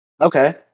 Okay